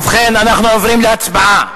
ובכן, אנחנו עוברים להצבעה